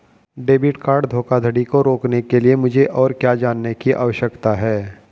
Debit card धोखाधड़ी को रोकने के लिए मुझे और क्या जानने की आवश्यकता है?